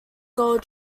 gold